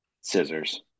Scissors